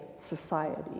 society